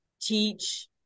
teach